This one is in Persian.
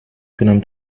تونم